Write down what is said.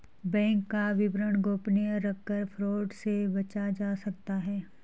bank का विवरण गोपनीय रखकर फ्रॉड से बचा जा सकता है